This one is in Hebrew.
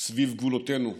סביב גבולותינו,